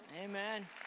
Amen